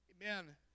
Amen